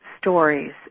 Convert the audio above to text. stories